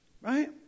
right